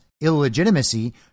illegitimacy